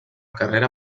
carrera